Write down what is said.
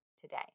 today